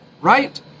right